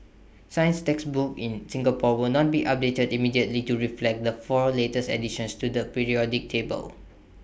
science textbooks in Singapore will not be updated immediately to reflect the four latest additions to the periodic table